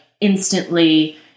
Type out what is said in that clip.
instantly